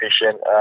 Efficient